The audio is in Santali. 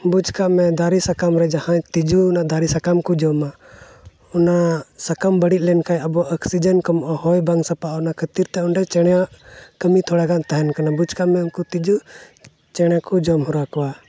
ᱵᱩᱡᱽ ᱠᱟᱜᱼᱢᱮ ᱫᱟᱨᱮ ᱥᱟᱠᱟᱢ ᱨᱮ ᱡᱟᱦᱟᱸᱭ ᱛᱤᱡᱩ ᱚᱱᱟ ᱫᱟᱨᱮ ᱥᱟᱠᱟᱢ ᱠᱚ ᱡᱚᱢᱟ ᱚᱱᱟ ᱥᱟᱠᱟᱢ ᱵᱟᱹᱲᱤᱡ ᱞᱮᱱᱠᱷᱟᱱ ᱟᱵᱚᱣᱟᱜ ᱚᱠᱥᱤᱡᱮᱱ ᱠᱚᱢᱚᱜᱼᱟ ᱦᱚᱭ ᱵᱟᱝ ᱥᱟᱯᱷᱟᱜᱼᱟ ᱚᱱᱟ ᱠᱷᱟᱹᱛᱤᱨᱛᱮ ᱚᱸᱰᱮ ᱪᱮᱬᱮᱭᱟᱜ ᱠᱟᱹᱢᱤ ᱛᱷᱚᱲᱟᱜᱟᱱ ᱛᱟᱦᱮᱱ ᱠᱟᱱᱟ ᱵᱩᱡᱽ ᱠᱟᱜᱼᱢᱮ ᱩᱱᱠᱩ ᱛᱤᱸᱡᱩ ᱪᱮᱬᱮ ᱠᱚ ᱡᱚᱢ ᱦᱚᱨᱟ ᱠᱚᱣᱟ